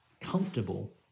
comfortable